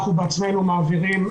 אנחנו בעצמנו מעבירים,